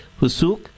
Fusuk